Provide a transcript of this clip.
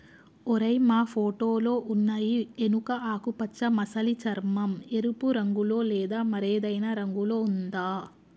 ఓరై మా ఫోటోలో ఉన్నయి ఎనుక ఆకుపచ్చ మసలి చర్మం, ఎరుపు రంగులో లేదా మరేదైనా రంగులో ఉందా